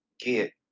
get